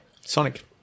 Sonic